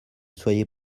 soyez